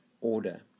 order